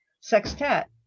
Sextet